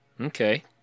Okay